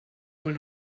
wohl